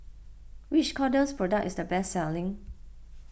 which Kordel's product is the best selling